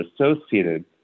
associated